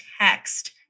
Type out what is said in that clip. text